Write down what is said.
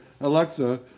Alexa